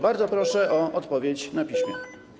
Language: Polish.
Bardzo proszę o odpowiedź na piśmie.